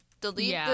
delete